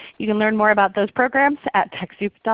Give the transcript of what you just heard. you can learn more about those programs at techsoup